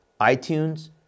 iTunes